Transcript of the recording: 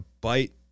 bite